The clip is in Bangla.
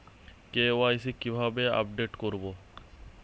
কে.ওয়াই.সি কিভাবে আপডেট করব?